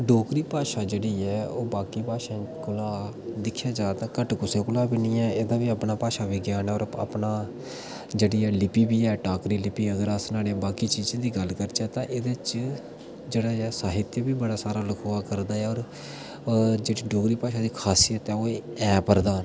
डोगरी भाशा जेह्ड़ी ऐ ओह् बाकी भाशाएं कोला दिक्खेआ जा तां घट्ट कुसै कोला बी नेईं ऐ एह्दा बी अपना भाशा बिज्ञान ऐ और अपना जेह्ड़ी ऐ लिपी बी ऐ टाक्करी लिपी अगर अस न्हाड़ी बाकी चीजें दी गल्ल करचै तां एह्दे च जेह्ड़ा ऐ साहित्य बी बड़ा सारा लखोआ करदा ऐ और डोगरी भाशा दी खासियत ऐ ओह् ऐ ऐ प्रधान